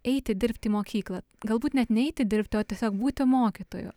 eiti dirbti į mokyklą galbūt net ne eiti dirbti o tiesiog būti mokytoju